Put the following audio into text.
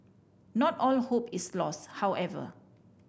not all hope is lost however